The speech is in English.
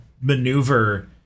maneuver